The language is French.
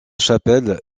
chapelle